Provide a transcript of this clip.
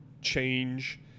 change